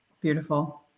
Beautiful